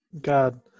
God